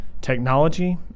technology